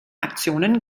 aktionen